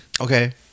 Okay